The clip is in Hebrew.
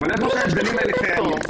אבל איפה שההבדלים האלה קיימים,